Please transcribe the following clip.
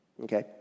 Okay